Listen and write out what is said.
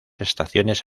estaciones